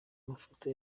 mafoto